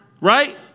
right